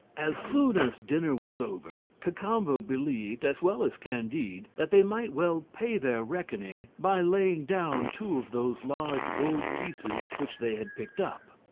as soon as dinner was over, cacambo believed as well as candide that they might well pay their reckoning by laying down two of those large gold pieces which they had picked up.